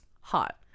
Hot